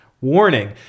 warning